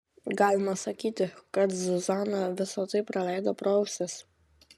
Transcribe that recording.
galima sakyti kad zuzana visa tai praleido pro ausis